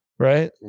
right